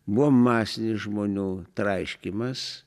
buvo masinis žmonių traiškymas